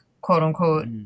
quote-unquote